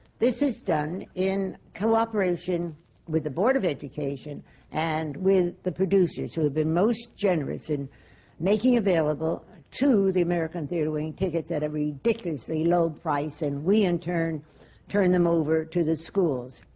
this is done in cooperation with the board of education and with the producers, who have been most generous in making available to the american theatre wing tickets at a ridiculously low price, and we in turn turn them over to the schools.